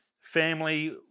Family